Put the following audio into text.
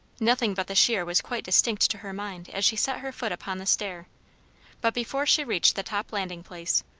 nothing but the sheer was quite distinct to her mind as she set her foot upon the stair but before she reached the top landing-place,